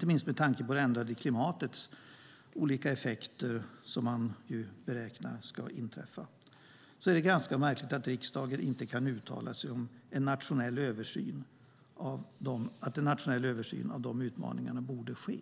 de effekter som det ändrade klimatet beräknas ge, är det ganska märkligt att riksdagen inte kan uttala att en nationell översyn av dessa utmaningar borde ske.